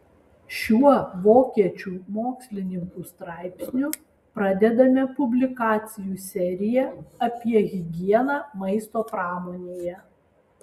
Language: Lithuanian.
šiuo vokiečių mokslininkų straipsniu pradedame publikacijų seriją apie higieną maisto pramonėje